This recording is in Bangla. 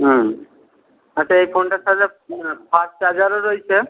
হুম আচ্ছা এই ফোনটার সাথে ফাস্ট চার্জারও রয়েছে